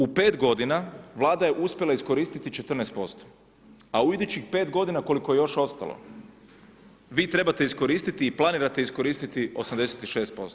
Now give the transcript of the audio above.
U 5 godina Vlada je uspjela iskoristiti 14%, a u idućih 5 godina koliko je još ostalo vi trebate iskoristiti i planirate iskoristiti 86%